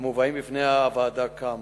המובאים בפני הוועדה כאמור.